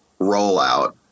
rollout